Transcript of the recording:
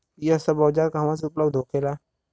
यह सब औजार कहवा से उपलब्ध होखेला?